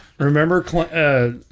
Remember